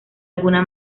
alguna